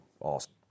awesome